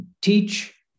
teach